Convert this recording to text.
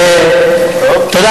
טוב.